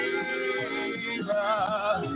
Jesus